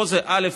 פה זה, א.